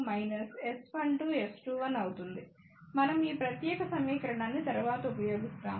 మనం ఈ ప్రత్యేక సమీకరణాన్ని తరువాత ఉపయోగిస్తాము